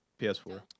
PS4